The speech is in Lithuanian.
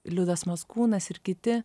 liudas mockūnas ir kiti